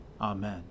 Amen